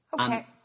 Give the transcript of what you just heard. Okay